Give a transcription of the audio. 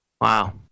Wow